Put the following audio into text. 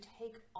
take